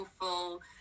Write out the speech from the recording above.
awful